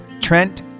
Trent